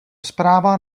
zpráva